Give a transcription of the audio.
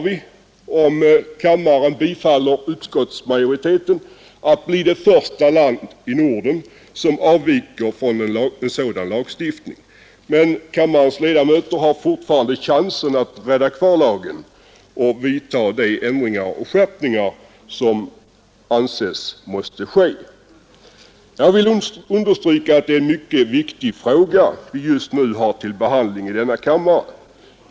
Om kammaren bifaller utskottsmajoritetens förslag riskerar Sverige att bli det första land i Norden som frångår en lagstiftning på området. Men kammarens ledamöter har fortfarande chansen att rädda lagen och vidta de ändringar och skärpningar som anses nödvändiga. Jag vill understryka att det är en mycket viktig fråga som vi just nu har till behandling i kammaren.